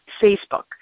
Facebook